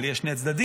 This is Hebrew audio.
אבל יש שני צדדים.